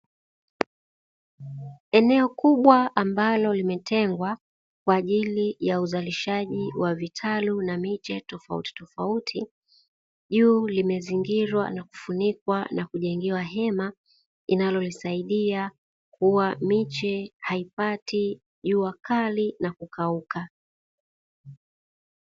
Eneo kubwa ambalo limetengwa kwa ajili ya uzalishaji wa vitalu na miche tofautitofauti, juu limezingirwa na kufunikwa na kujengewa hema inalolisaidia kuwa miche haipati jua kali na kukauka.